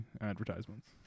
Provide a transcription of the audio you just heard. advertisements